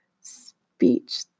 speech